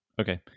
Okay